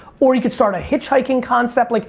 or you can start a hitchhiking concept. like